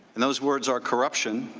and those words are corruption